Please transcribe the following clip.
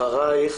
אחרייך